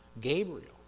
Gabriel